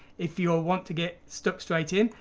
if you all want to get stuck straight in,